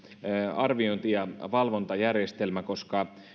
arviointi ja valvontajärjestelmä on mielenkiintoinen koska